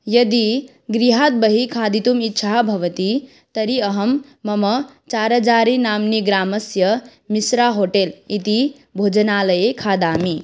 यदि गृहात् बहिः खादितुम् इच्छा भवति तर्हि अहं मम चारजारि नाम्नि ग्रामस्य मिश्रा होटेल् इति भोजनालये खादामि